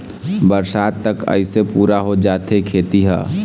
बरसात तक अइसे पुरा हो जाथे खेती ह